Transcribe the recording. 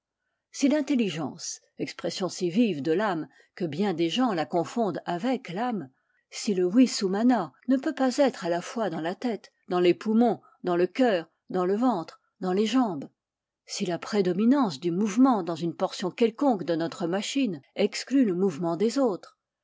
si l'intelligence expression si vive de l'âme que bien des gens la confondent avec l'âme si le vis humana ne peut pas être à la fois dans la tête dans les poumons dans le cœur dans le ventre dans les jambes si la prédominance du mouvement dans une portion quelconque de notre machine exclut le mouvement des autres